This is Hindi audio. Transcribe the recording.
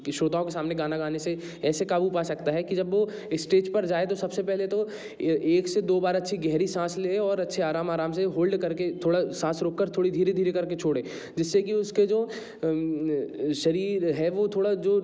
श्रोताओं के सामने गाना गाने से ऐसे काबू पा सकता है कि जब वो स्टेज पर जाए तो सबसे पहले तो एक से दो बार अच्छी गहरी साँस ली और अच्छे आराम आराम से होल्ड कर के थोड़ा साँस रोक कर थोड़ी धीरे धीरे कर के छोड़ें जिससे कि उसके जो शरीर है वो थोड़ा